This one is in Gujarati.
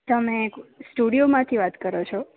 તમે સ્ટુડિયોમાંથી વાત કરો છો